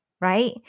right